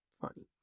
Funny